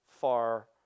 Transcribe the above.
far